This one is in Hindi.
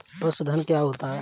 पशुधन क्या होता है?